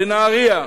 מנהרייה.